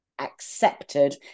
accepted